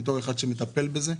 בתור אחד שמטפל בזה,